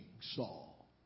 Saul